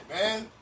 man